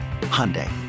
Hyundai